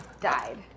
died